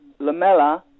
Lamella